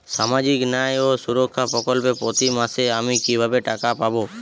সামাজিক ন্যায় ও সুরক্ষা প্রকল্পে প্রতি মাসে আমি কিভাবে টাকা পাবো?